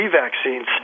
vaccines